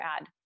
add